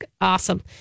Awesome